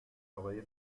آقای